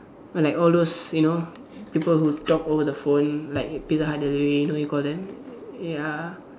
like all those you know people who talk over the phone like Pizza Hut delivery when you call them ya